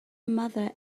mother